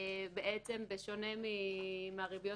בשונה מהריביות